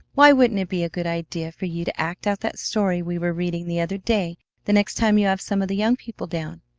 why wouldn't it be a good idea for you to act out that story we were reading the other day the next time you have some of the young people down?